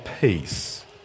peace